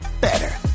Better